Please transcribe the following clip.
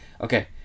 okay